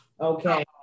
okay